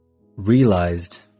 realized